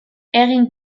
egin